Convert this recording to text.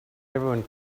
everyone